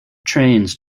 trains